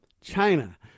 China